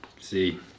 See